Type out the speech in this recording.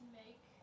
make